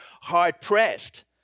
hard-pressed